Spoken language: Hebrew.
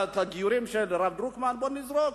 הגיורים של הרב דרוקמן, בואו נזרוק.